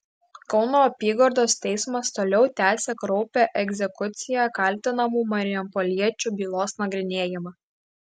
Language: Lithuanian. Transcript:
kauno apygardos teismas toliau tęsia kraupią egzekucija kaltinamų marijampoliečių bylos nagrinėjimą